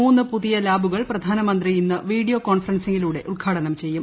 മൂന്ന് പുതിയ ലാബുകൾ പ്രധാനമന്ത്രി ഇന്ന് വീഡിയോ കോൺഫറൻസിങ്ങിലൂടെ ഉദ്ഘാടനം ചെയ്യും